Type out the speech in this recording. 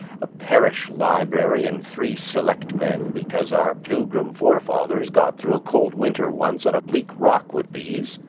a parish library, and three selectmen, because our pilgrim forefathers got through a cold winter once on a bleak rock with these.